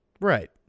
Right